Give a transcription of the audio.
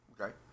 Okay